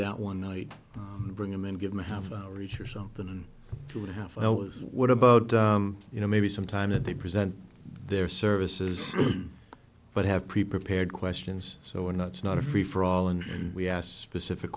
that one night bring him and give him a half hour each or something and two and a half hours what about you know maybe sometime that they present their services but have pre prepared questions so we're not not a free for all and we asked specific